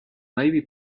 maybe